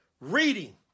reading